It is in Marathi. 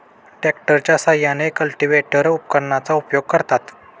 ट्रॅक्टरच्या साहाय्याने कल्टिव्हेटर उपकरणाचा उपयोग करतात